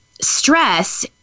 Stress